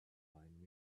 find